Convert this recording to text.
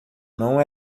não